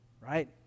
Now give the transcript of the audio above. right